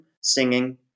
singing